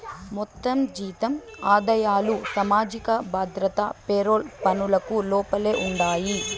మొత్తం జీతం ఆదాయాలు సామాజిక భద్రత పెరోల్ పనులకు లోపలే ఉండాయి